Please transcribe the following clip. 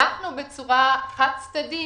אנחנו בצורה חד-צדדית